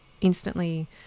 instantly